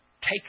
take